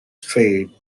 trade